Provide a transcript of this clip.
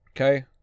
Okay